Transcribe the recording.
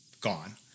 gone